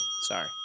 Sorry